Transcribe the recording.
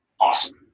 awesome